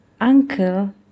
uncle